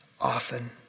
often